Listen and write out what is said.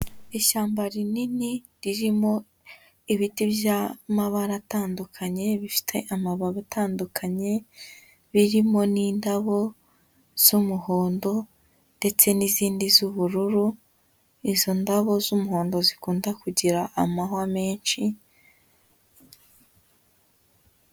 Ishyamba rinini ririmo ibiti by'amabara atandukanye, bifite amababi atandukanye, birimo n'indabo z'umuhondo ndetse n'izindi z'ubururu, izo ndabo z'umuhondo zikunda kugira amahwa menshi...